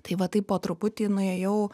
tai va taip po truputį nuėjau